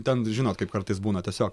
ten žinot kaip kartais būna tiesiog